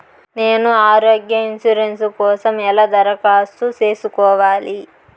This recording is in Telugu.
నేను ఆరోగ్య ఇన్సూరెన్సు కోసం ఎలా దరఖాస్తు సేసుకోవాలి